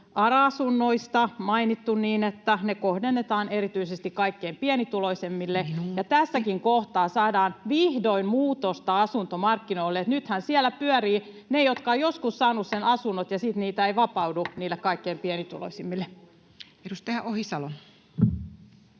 ARA-asunnoista mainittu, että ne kohdennetaan erityisesti kaikkein pienituloisimmille. [Puhemies: Minuutti!] Tässäkin kohtaa saadaan vihdoin muutosta asuntomarkkinoille. Nythän siellä pyörivät ne, jotka ovat joskus saaneet sen asunnon, ja sitten niitä ei vapaudu kaikkein pienituloisimmille. [Speech